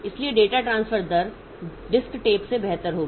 इसलिए data transfer दर disk tape से बेहतर होगी